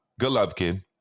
Golovkin